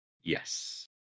Yes